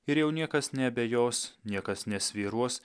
ir jau niekas neabejos niekas nesvyruos